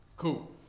Cool